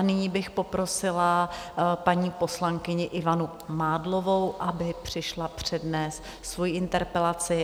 Nyní bych poprosila paní poslankyni Ivanu Mádlovou, aby přišla přednést svoji interpelaci.